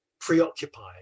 preoccupied